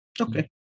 Okay